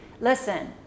Listen